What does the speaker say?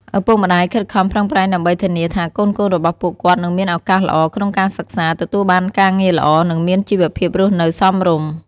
ឪពុកម្ដាយខិតខំប្រឹងប្រែងដើម្បីធានាថាកូនៗរបស់ពួកគាត់នឹងមានឱកាសល្អក្នុងការសិក្សា ទទួលបានការងារល្អ និងមានជីវភាពរស់នៅសមរម្យ។